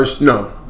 No